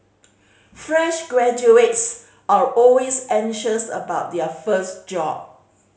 fresh graduates are always anxious about their first job